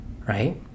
Right